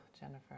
Jennifer